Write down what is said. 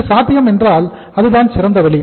இது சாத்தியம் என்றால் அதுதான் சிறந்த வழி